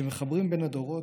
שמחברים בין הדורות,